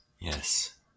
Yes